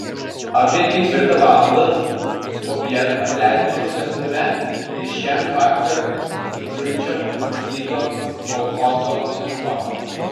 apie ketvirtą valandą popiet apleidome slėptuvę ir išėjome vakar petruičio matyto kolchozo ieškoti